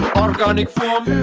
organic foam